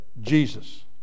Jesus